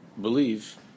believe